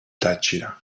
táchira